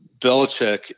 Belichick